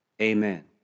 Amen